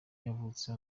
yavutse